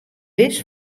wis